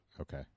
okay